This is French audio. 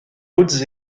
hautes